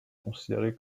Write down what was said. considérées